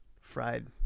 fried